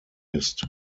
ist